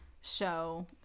show